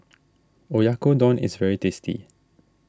Oyakodon is very tasty